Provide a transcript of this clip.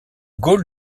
gaulle